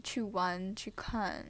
去玩去看